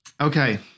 Okay